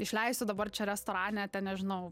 išleisiu dabar čia restorane ten nežinau